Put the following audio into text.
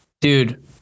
dude